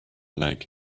leg